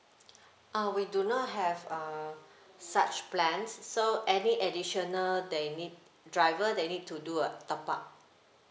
uh we do not have uh such plans so any additional they need driver they need to do a top up